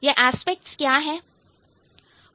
ये एस्पेक्ट्स क्या है